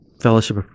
fellowship